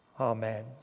Amen